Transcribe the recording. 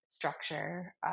structure